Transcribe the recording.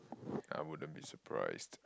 I wouldn't be surprised